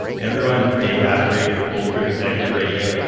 everyone, dave asprey, bulletproof executive radio.